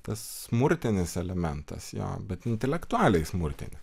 tas smurtinis elementas jo bet intelektualiai smurtinis